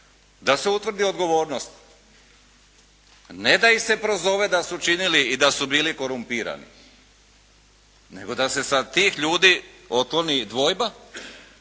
da se utvrdi odgovornost. Ne da ih se prozove da su činili i da su bili korumpirani nego da se sa tih ljudi otkloni dvojba.